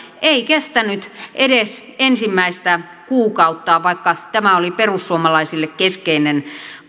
ei kestänyt edes ensimmäistä kuukautta vaikka tämä oli perussuomalaisille keskeinen